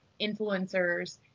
influencers